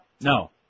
No